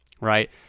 right